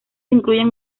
incluyen